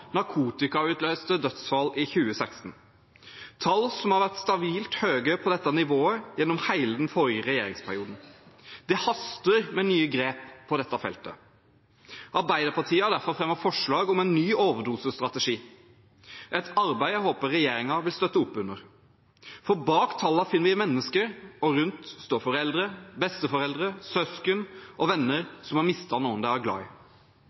narkotikautløste dødsfall i 2016, og de høye tallene har ligget stabilt på dette nivået gjennom hele den forrige regjeringsperioden. Det haster med nye grep på dette feltet. Arbeiderpartiet har derfor fremmet forslag om en ny overdosestrategi, et arbeid jeg håper regjeringen vil støtte opp under. For bak tallene finner vi mennesker, og rundt står foreldre, besteforeldre, søsken og venner som har mistet noen de er